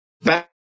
back